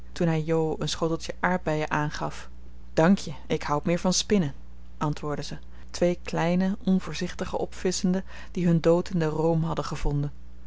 toen hij jo een schoteltje aardbeien aangaf dank je ik houd meer van spinnen antwoordde ze twee kleine onvoorzichtigen opvisschende die hun dood in den room hadden gevonden